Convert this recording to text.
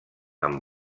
amb